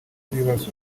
rw’ibibazo